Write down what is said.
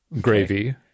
Gravy